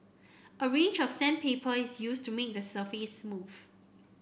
a range of sandpaper is used to make the surface smooth